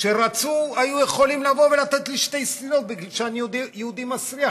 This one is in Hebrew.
כשרצו היו יכולים לבוא ולתת לי שתי סטירות בגלל שאני יהודי מסריח.